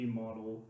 model